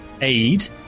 aid